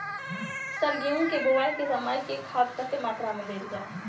Sir गेंहूँ केँ बोवाई केँ समय केँ खाद कतेक मात्रा मे देल जाएँ?